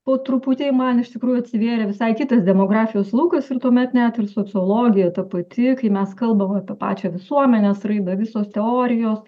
po truputį man iš tikrųjų atsivėrė visai kitas demografijos laukas ir tuomet net ir sociologija ta pati kai mes kalbam apie pačią visuomenės raidą visos teorijos